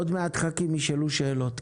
עוד מעט חברי הכנסת ישאלו שאלות.